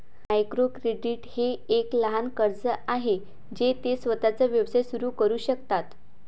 micro credit हे एक लहान कर्ज आहे जे ते स्वतःचा व्यवसाय सुरू करू शकतात